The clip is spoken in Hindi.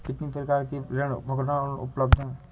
कितनी प्रकार के ऋण भुगतान उपलब्ध हैं?